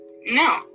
no